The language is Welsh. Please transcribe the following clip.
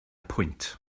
pwynt